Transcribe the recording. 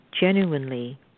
genuinely